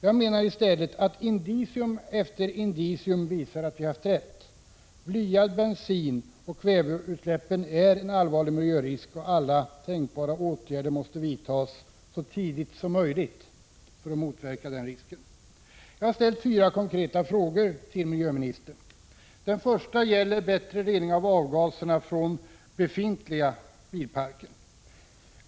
Jag menar i stället att indicium efter indicium visar att vi haft rätt. Blyad bensin och kväveutsläppen är en allvarlig miljörisk, och alla tänkbara åtgärder måste vidtas för att motverka denna risk. Jag har ställt fyra konkreta frågor till miljöministern. Den första gäller bättre rening av avgaserna från den befintliga bilparken.